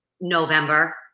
November